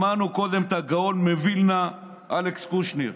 שמענו קודם את הגאון מווילנה אלכס קושניר,